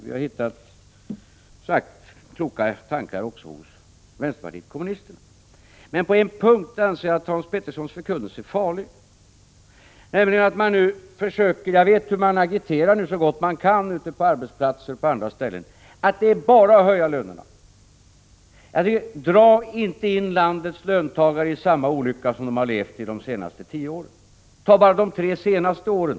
Jag har hittat kloka tankar också hos vänsterpartiet kommunisterna. Men på en punkt anser jag att Hans Peterssons förkunnelse är farlig. Jag vet hur man agiterar nu så gott man kan ute på arbetsplatserna och på andra ställen, att det bara är att höja lönerna. Drag inte in landets löntagare i samma olycka som de har levt i de senaste tio åren! Titta på de tre senaste åren!